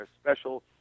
special